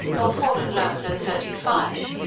nor fallen lower than thirty five,